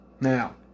Now